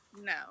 No